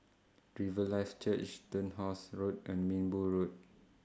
Riverlife Church Turnhouse Road and Minbu Road